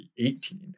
2018